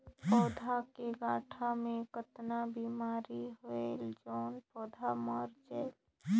पौधा के गाभा मै कतना बिमारी होयल जोन पौधा मर जायेल?